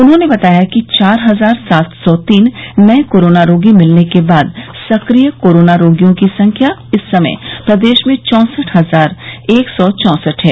उन्होंने बताया कि चार हजार सात सौ तीन नये कोरोना रोगी मिलने के बाद सक्रिय कोरोना रोगियों की संख्या इस समय प्रदेश में चौसठ हजार एक सौ चौसठ है